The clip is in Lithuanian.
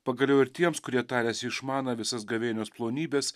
pagaliau ir tiems kurie tariasi išmaną visas gavėnios plonybes